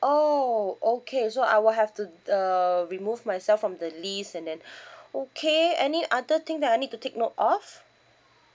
oh okay so I will have to uh remove myself from the list and then okay any other thing that I need to take note of